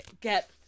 get